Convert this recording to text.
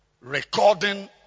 Recording